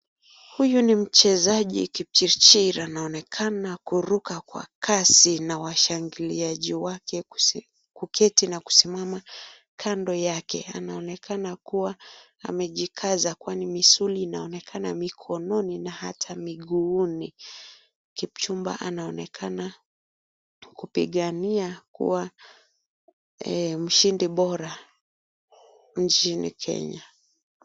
Huyu ni mchezaji Kipchichir anaonekana kuruka kwa kasi na washangiliaji wake kuketi na kusimama kando yake. Anaonekana kuwa amejikaza kwani misuli inaonekana mikononi na hata miguuni. Kipchumba anaonekana kupigania kuwa mshindi bora nchini Kenya.